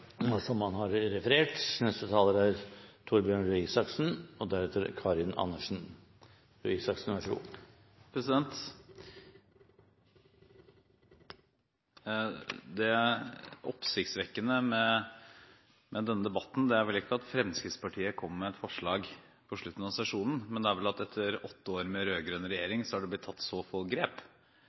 han refererte til. Det oppsiktsvekkende med denne debatten er vel ikke at Fremskrittspartiet kommer med et forslag på slutten av sesjonen, men at det etter åtte år med rød-grønn regjering har blitt tatt så få grep.